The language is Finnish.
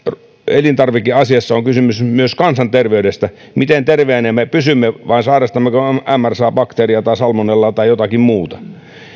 elintarvikeasiassa on kysymys myös kansanterveydestä miten terveenä me pysymme vai sairastammeko mrsa bakteeria tai salmonellaa tai jotakin muuta